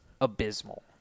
abysmal